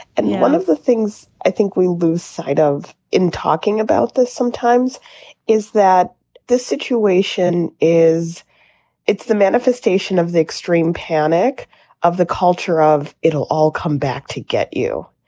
and one of the things i think we lose sight of in talking about this sometimes is that this situation is it's the manifestation of the extreme panic of the culture of it'll all come back to get you.